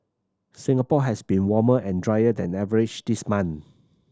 Singapore has been warmer and drier than average this month